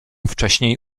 wcześniej